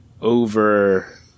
over